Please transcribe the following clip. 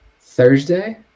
Thursday